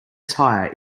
tire